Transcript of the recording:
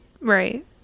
Right